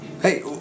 hey